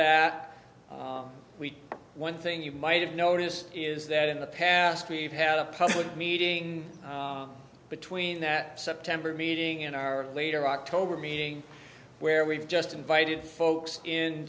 that we one thing you might have noticed is that in the past we've had a public meeting between that september meeting in our later october meeting where we've just invited folks in